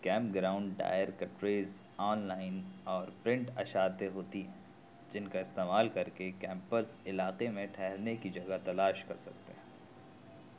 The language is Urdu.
camp ground directories online اور پرنٹ اشاعتیں ہوتی ہیں جن کا استعمال کر کے کیمپز علاقے میں ٹھہرنے کی جگہ تلاش کر سکتے ہیں